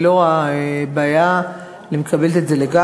אני לא רואה בעיה, אני מקבלת את זה לגמרי.